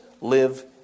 live